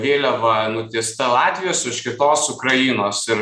vėliava nutiesta latvijos o iš kitos ukrainos ir